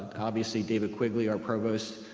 obviously david quigley, our provost,